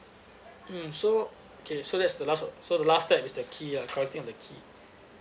mm so okay so that's the last o~ so the last step is the key ah colleting of the key